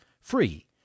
free